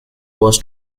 was